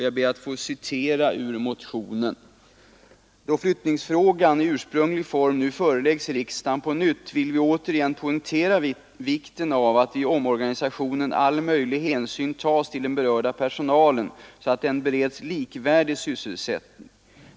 Jag ber att få citera ur motionen: ”Då flyttningsfrågan i ursprunglig form nu föreläggs riksdagen på nytt vill vi återigen poängtera vikten av att vid omorganisationen all möjlig hänsyn tas till den berörda personalen, så att den bereds likvärdiga sysselsättningar.